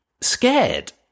scared